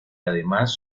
además